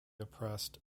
oppressed